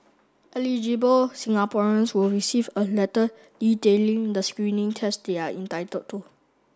Eligible Singaporeans will receive a letter detailing the screening tests they are entitled to